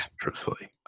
Truthfully